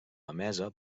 emesa